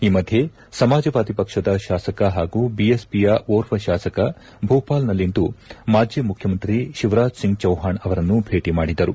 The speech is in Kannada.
ಈ ಮಧ್ಯೆ ಸಮಾಜವಾದಿ ಪಕ್ಷದ ಶಾಸಕ ಹಾಗೂ ಬಿಎಸ್ಪಿಯ ಓರ್ವ ಶಾಸಕ ಭೂಪಾಲ್ನಲ್ಲಿಂದು ಮಾಜಿ ಮುಖ್ಖಮಂತ್ರಿ ಶಿವರಾಜ್ ಸಿಂಗ್ ಚೌವ್ವಾಣ್ ಅವರನ್ನು ಭೇಟಿ ಮಾಡಿದರು